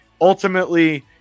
ultimately